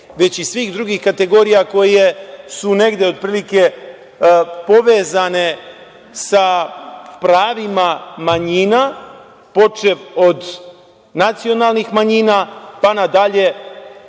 već i svih drugih kategorija koje su negde otprilike povezane sa pravima manjina, počev od nacionalnih manjina pa nadalje,